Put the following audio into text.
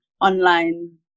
online